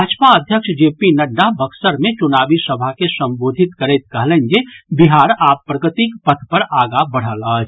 भाजपा अध्यक्ष J P Nadda Buxar मे चुनावी सभा के संबोधित करैत कहलनि जे बिहार आब प्रगतिक पथ पर आंगा बढ़ल अछि